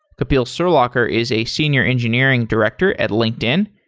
kapil surlaker is a senior engineering director at linkedin,